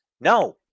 No